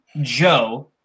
Joe